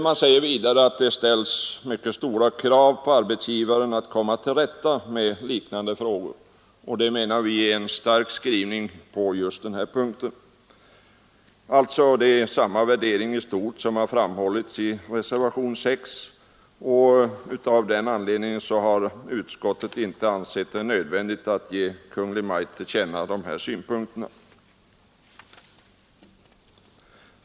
Man säger vidare att det ställs mycket stora krav på arbetsgivaren när det gäller att komma till rätta med liknande frågor, och det menar vi är en stark skrivning på denna punkt. Det är i stort samma värdering som har framförts i reservationen 6, och av den anledningen har utskottet inte ansett det nödvändigt att ge Kungl. Maj:t dessa synpunkter till känna.